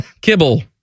kibble